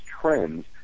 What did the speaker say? trends